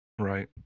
Right